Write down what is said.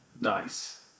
Nice